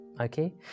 okay